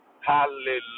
Hallelujah